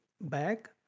back